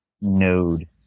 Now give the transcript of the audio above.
node